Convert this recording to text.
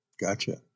Gotcha